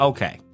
Okay